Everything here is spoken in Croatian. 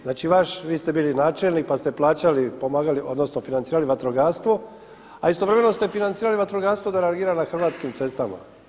Znači vaš, vi ste bili načelnik pa ste plaćali financirali vatrogastvo, a istovremeno ste financirali vatrogastvo da reagiraju na hrvatskim cestama.